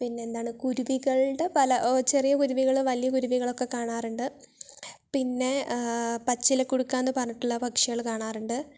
പിന്നെന്താണ് കുരുവികളുടെ പല ചെറിയ കുരുവികള് വലിയ കുരുവികളൊക്കെ കാണാറുണ്ട് പിന്നെ പച്ചിലക്കുടുക്ക എന്ന് പറഞ്ഞിട്ടുള്ള പക്ഷികള് കാണാറുണ്ട്